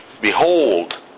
Behold